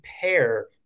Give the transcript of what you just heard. pair